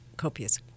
copious